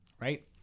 right